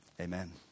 Amen